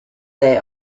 they